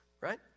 right